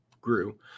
grew